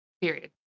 period